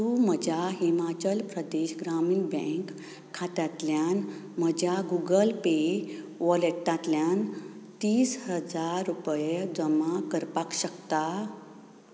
तूं म्हज्या हिमाचल प्रदेश ग्रामीण बँक खात्यांतल्यान म्हज्या गूगल पे वॉलेटांतल्यान तीस हजार रुपया जमा करपाक शकता